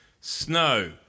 Snow